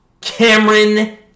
Cameron